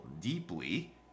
deeply